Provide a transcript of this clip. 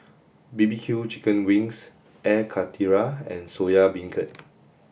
B B Q chicken wings Air Karthira and Soya Beancurd